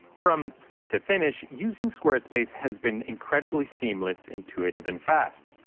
from start to finish, using squarespace has been incredibly seamless, intuitive, and fast.